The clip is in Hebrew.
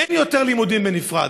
אין יותר לימודים בנפרד.